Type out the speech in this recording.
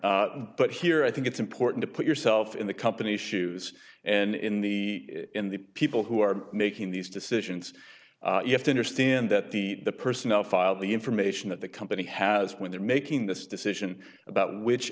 honor but here i think it's important to put yourself in the company's shoes and in the in the people who are making these decisions you have to understand that the personnel file the information that the company has with making this decision about which